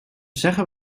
zeggen